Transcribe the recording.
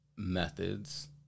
methods